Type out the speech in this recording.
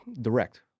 direct